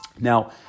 Now